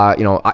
um you know,